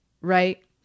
right